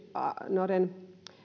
noiden